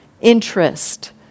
interest